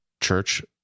church